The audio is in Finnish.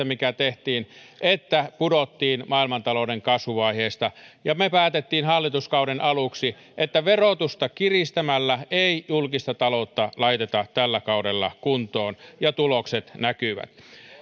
mikä tehtiin että pudottiin maailmantalouden kasvuvaiheesta me päätimme hallituskauden aluksi että verotusta kiristämällä ei julkista taloutta laiteta tällä kaudella kuntoon ja tulokset näkyvät